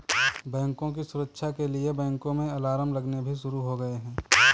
बैंकों की सुरक्षा के लिए बैंकों में अलार्म लगने भी शुरू हो गए हैं